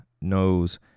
knows